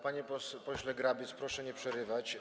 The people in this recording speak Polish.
Panie pośle Grabiec, proszę nie przerywać.